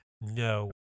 No